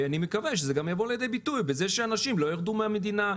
אני מקווה שזה גם יבוא לידי ביטוי בזה שאנשים לא יירדו מהמדינה,